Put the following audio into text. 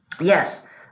Yes